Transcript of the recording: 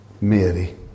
Mary